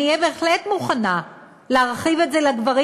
אני אהיה בהחלט מוכנה להרחיב את זה לגברים